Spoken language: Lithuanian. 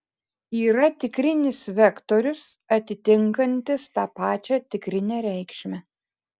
yra tikrinis vektorius atitinkantis tą pačią tikrinę reikšmę